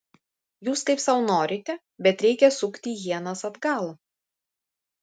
jūs kaip sau norite bet reikia sukti ienas atgal